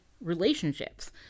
relationships